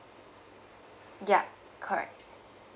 ya correct